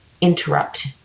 interrupt